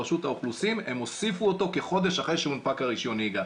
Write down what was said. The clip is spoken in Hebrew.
ברשות האוכלוסין הם הוסיפו אותו כחודש אחרי שהונפק הרישיון הנהיגה.